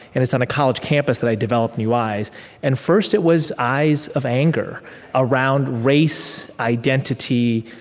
and it's on a college campus that i developed new eyes and first, it was eyes of anger around race, identity,